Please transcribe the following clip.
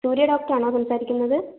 സൂര്യ doctor ആണോ സംസാരിക്കുന്നത്